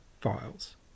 files